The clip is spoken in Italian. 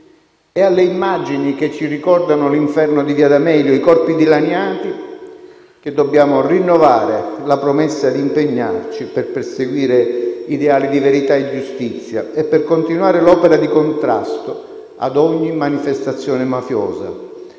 alle immagini che ci ricordano l'inferno di via D'Amelio e ai corpi dilaniati che dobbiamo rinnovare la promessa di impegnarci per perseguire ideali di verità e giustizia, e per continuare l'opera di contrasto a ogni manifestazione mafiosa,